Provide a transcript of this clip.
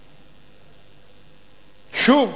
שוב,